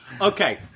okay